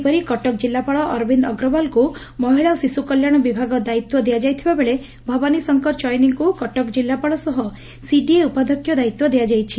ସେହିପରି କଟକ ଜିଲ୍ଲାପାଳ ଅରବିନ୍ଦ ଅଗ୍ରଓ୍ୱାଲଙ୍କୁ ମହିଳା ଓ ଶିଶୁକଲ୍ୟାଶ ବିଭାଗ ଦାୟିତ୍ୱ ଦିଆଯାଇଥିବା ବେଳେ ଭବାନୀଶଙ୍କର ଚଇନୀଙ୍କୁ କଟକ ଜିଲ୍ଲାପାଳ ସହ ସିଡିଏ ଉପାଧ୍ୟକ୍ଷ ଦାୟିତ୍ୱ ଦଆଯାଇଛି